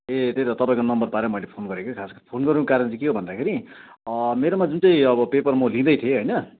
ए त्यही त तपाईँको नम्बर पाएर मैले गरेको कि खास फोन गर्नुको कारण चाहिँ के हो भन्दाखेरि मेरोमा जुन चाहिँ अब पेपर म लिँदै थिएँ होइन